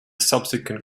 subsequent